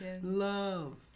love